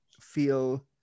feel